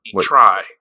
Try